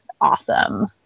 awesome